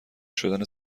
شدن